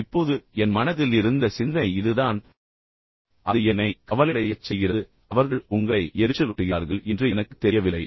இப்போது என் மனதில் இருந்த சிந்தனை இதுதான் அது என்னை கவலையடையச் செய்கிறது மன்னிக்கவும் அவர்கள் உங்களை எரிச்சலூட்டுகிறார்கள் என்று எனக்குத் தெரியவில்லை